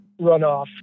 runoff